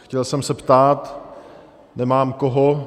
Chtěl jsem se ptát nemám koho.